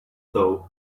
though